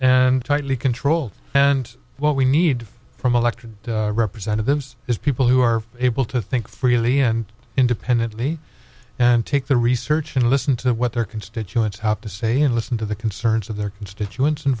and tightly controlled and what we need from elected representatives is people who are able to think freely and independently and take the research and listen to what their constituents have to say and listen to the concerns of their constituents and